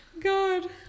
God